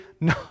No